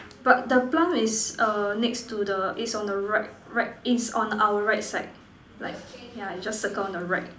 but the plum is err next to the is on right right is on our right side like yeah you just circle on the right